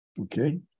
Okay